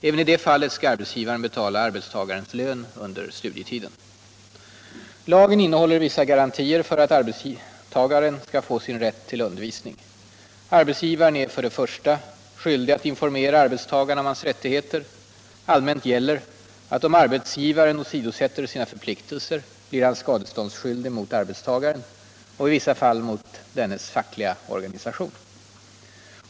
Även i detta fall skall arbetsgivaren betala arbetstagaren lön under studietiden. Lagen innehåller vissa garantier för att arbetstagaren skall få sin rätt till undervisning. Arbetsgivaren är för det första skyldig att informera arbetstagaren om hans rättigheter. Allmänt gäller att om arbetsgivaren åsidosätter sina förpliktelser blir han skadeståndsskyldig mot arbetstagaren och i vissa fall mot dennes fackliga organisation.